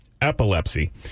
epilepsy